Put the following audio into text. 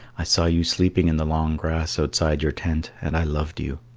i saw you sleeping in the long grass outside your tent, and i loved you.